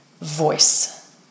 voice